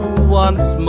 once